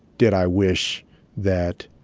did i wish that